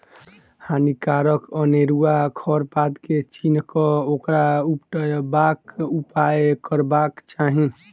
हानिकारक अनेरुआ खर पात के चीन्ह क ओकरा उपटयबाक उपाय करबाक चाही